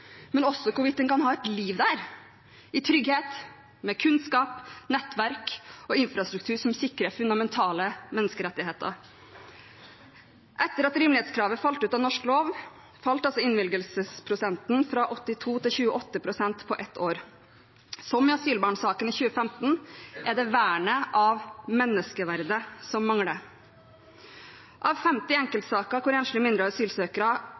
men også hvorvidt en kan ha et liv der, i trygghet, med kunnskap, nettverk og infrastruktur som sikrer fundamentale menneskerettigheter. Etter at rimelighetskravet falt ut av norsk lov, falt innvilgelsesprosenten fra 82 til 28 på ett år. Som i asylbarnsaken i 2015 er det vernet av menneskeverdet som mangler. Av 50 enkeltsaker hvor enslige mindreårige asylsøkere